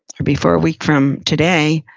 or before a week from today,